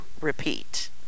repeat